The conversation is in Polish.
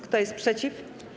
Kto jest przeciw?